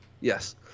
yes